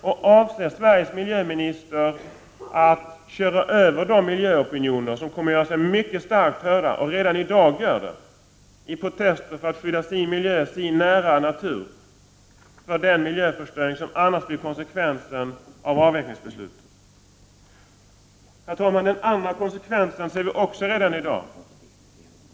Och avser Sveriges miljöminister att köra över de miljöopinioner som mycket starkt kommer att göra sig hörda — och som redan i dag gör det — i protest för att skydda sin miljö och sin nära natur mot en miljöförstöring som annars blir konsekvensen av avvecklingsbeslutet? Herr talman! Den andra konsekvensen ser vi också redan i dag.